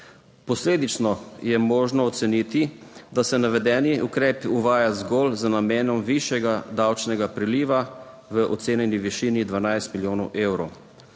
Posledično je možno oceniti, da se navedeni ukrep uvaja zgolj z namenom višjega davčnega priliva v ocenjeni višini 12 milijonov evrov.